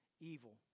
evil